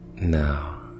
Now